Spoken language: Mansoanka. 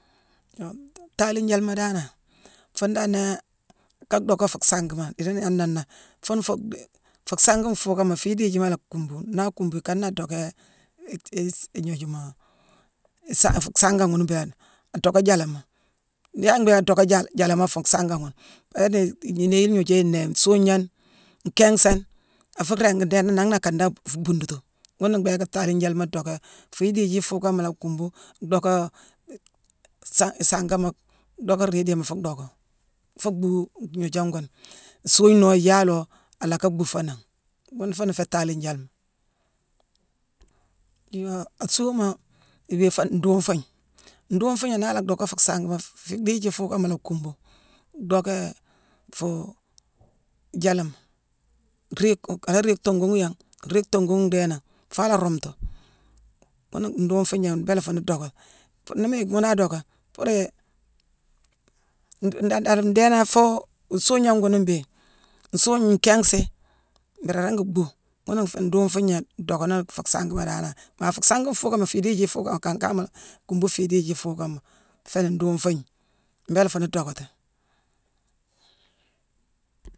Gnoo-taaliijalema danane, fuune dan nii ka docka fuu sangima niir gnaangh nanné fune fuu dhii-fuu sangi nfuukama fii idiiji ma la akuumbu. Na kuumbu, ikana adockéé-i-i-ignoojuma-isang-fuu sangangh ghune mbéé léé. Adocka jaalama, yaala mbhééké adocka jaalama fuu sanga ghune? Pabia-di-igniiné-ignoojééye nnéé: nsuugnane, nkiinghsane, afuu ringi ndééne nangh na akane dan bu-fuu-buundutu. Ghuuna mbhééké taaliijalema docké fuu idiiji ifuukama la akumbu, docka-i-sang-isangama docka riidiyééma fuu docka-fuu bhuu gnoojane guune: nsuugne noo, iyaaloo ala ka bhuu foo nangh. Ghune fuuna féé taaliijalema. Yoo asuuama, iwii foo nduufugne. Nduufugne naa la docka fuu sangema, fii dhiiji fuukama la akkuumbu, docké fuu jaalama; riige-ku-ala riige tongoghu yangh, riige tongoghu ndhéé nangh faa la rumtu. Ghune nduufugna mbéélé fuune docka. Fuune nii mu yick ghuuna adocka, puuri-nru-nda-nda-ndééname afuu-nsuugnane gune mbéé: nsuugne, nkiinsi mbiiri a ringi bhuu. Ghuuna nféé nduufugna dockani ni fuu sangima danane. Maa fuu sangi nfuukama, fii idiiji ifuukane akankaama la kuumbu fii idiiji ifuukama fééni nduufugne. Mbéélé fuune dockati.